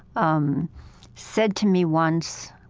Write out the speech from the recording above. um said to me once,